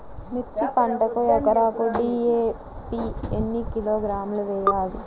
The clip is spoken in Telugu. మిర్చి పంటకు ఎకరాకు డీ.ఏ.పీ ఎన్ని కిలోగ్రాములు వేయాలి?